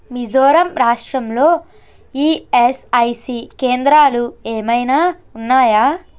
మిజోరం రాష్ట్రంలో ఈఎస్ఐసీ కేంద్రాలు ఏమైనా ఉన్నాయా